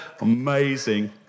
Amazing